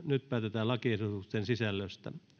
nyt päätetään lakiehdotusten sisällöstä